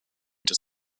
does